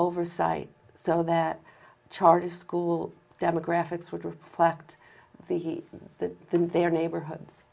oversight so their charter school demographics would reflect the heat in that their neighborhoods